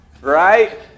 right